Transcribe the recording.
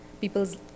people's